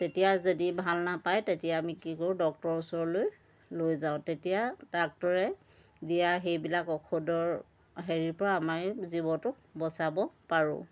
তেতিয়া যদি ভাল নাপায় তেতিয়া আমি কি কৰোঁ ডক্তৰৰ ওচৰলৈ লৈ যাওঁ তেতিয়া ডাক্তৰে দিয়া সেইবিলাক ঔষধৰ হেৰিৰ পৰা আমাৰ জীৱটোক বচাব পাৰোঁ